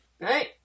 Right